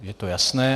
Je to jasné.